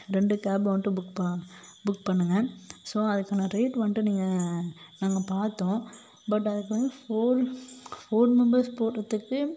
ரெண்டு கேபு வந்துட்டு book book பண்ணுங்கள் ஸோ அதுக்கான ரேட் வந்துட்டு நீங்கள் நாங்கள் பார்த்தோம் பட் அதுக்கு வந்து ஃபோர் ஃபோர் மெம்பர்ஸ் போகிறதுக்கு